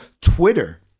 Twitter